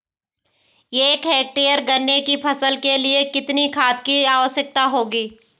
एक हेक्टेयर गन्ने की फसल के लिए कितनी खाद की आवश्यकता होगी?